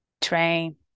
train